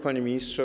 Panie Ministrze!